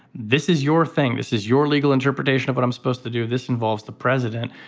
this is your thing this is your legal interpretation of what i'm supposed to do. this involves the president.